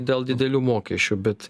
dėl didelių mokesčių bet